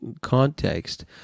context